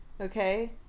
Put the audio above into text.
okay